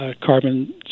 Carbon